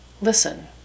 Listen